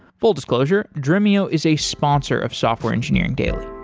full disclosure, dremio is a sponsor of software engineering daily.